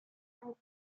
hyde